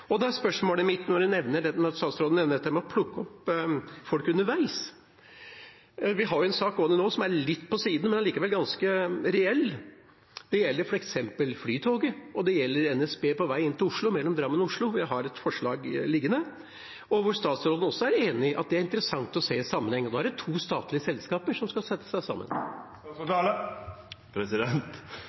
nevner dette med å plukke opp folk underveis. Vi har en sak gående nå som er litt på sida, men allikevel ganske reell, og det gjelder Flytoget og NSB mellom Drammen og Oslo, som jeg har et forslag om, og hvor statsråden er enig i at det er interessant å se det i sammenheng. Da er det to statlige selskaper som skal sette seg sammen.